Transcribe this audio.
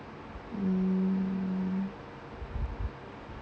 mm